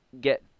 get